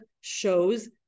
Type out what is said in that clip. shows